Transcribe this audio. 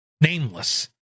nameless